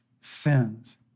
sins